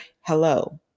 hello